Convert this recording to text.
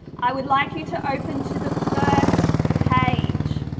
i would like you to open to the first page.